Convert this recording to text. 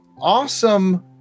awesome